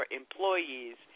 employees